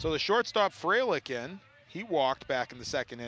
so the shortstop frail again he walked back in the second